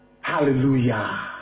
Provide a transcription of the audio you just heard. Hallelujah